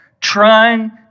trying